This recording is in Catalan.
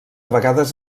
vegades